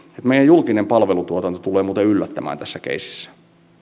meidän julkinen palvelutuotantomme tulee muuten yllättämään tässä keississä